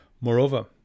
Moreover